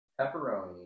pepperoni